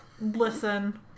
listen